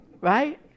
right